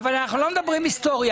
אבל אנחנו לא מדברים היסטוריה.